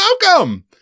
welcome